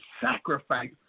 sacrifice